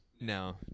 No